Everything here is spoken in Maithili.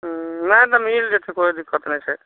हुँ नहि तऽ मिलि जएतै कोइ दिक्कत नहि छै